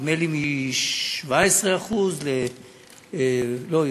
נדמה לי מ-17% לא,